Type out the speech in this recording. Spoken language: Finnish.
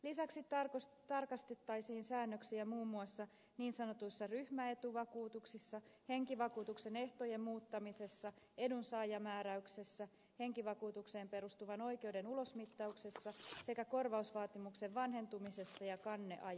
lisäksi tarkastettaisiin säännöksiä muun muassa niin sanotuista ryhmäetuvakuutuksista henkivakuutuksen ehtojen muuttamisesta edunsaajamääräyksestä henkivakuutukseen perustuvan oikeuden ulosmittauksesta sekä korvausvaatimuksen vanhentumisesta ja kanneajasta